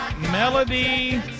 Melody